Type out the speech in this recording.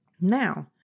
Now